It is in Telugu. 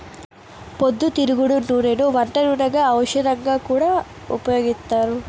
పొద్దుతిరుగుడు నూనెను వంట నూనెగా, ఔషధంగా కూడా ఉపయోగిత్తారు